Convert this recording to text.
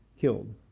killed